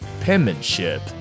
penmanship